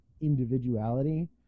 individuality